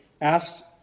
asked